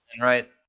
right